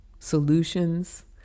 solutions